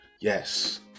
Yes